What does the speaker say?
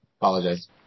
Apologize